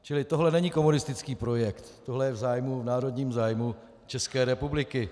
Čili tohle není komunistický projekt, tohle je v zájmu, v národním zájmu České republiky.